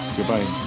Goodbye